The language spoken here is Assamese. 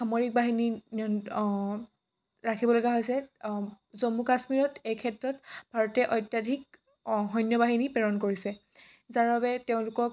সামৰিক বাহিনী ৰাখিব লগা হৈছে জম্মু কাশ্মীৰত এই ক্ষেত্ৰত ভাৰতে অত্যাধিক সৈন্যবাহিনী প্ৰেৰণ কৰিছে যাৰ বাবে তেওঁলোকক